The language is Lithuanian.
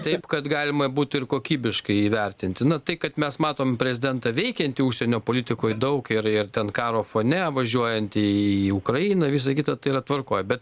taip kad galima būti ir kokybiškai įvertinti na tai kad mes matom prezidentą veikiantį užsienio politikoj daug ir ir ten karo fone važiuojant į ukrainą visa kita yra tvarkoj bet